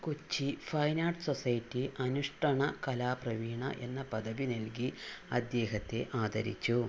Kochi fine arts society അനുഷ്ടണ കലാപ്രവീണ എന്ന പദവി നൽകി അദ്ദേഹത്തെ ആദരിച്ചു